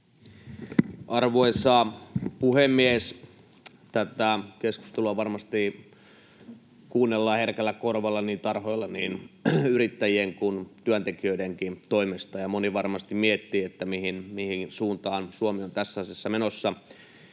Arvoisa puhemies! Tätä keskustelua varmasti kuunnellaan herkällä korvalla tarhoilla niin yrittäjien kuin työntekijöidenkin toimesta. Moni varmasti miettii, mihin suuntaan Suomi on tässä asiassa menossa.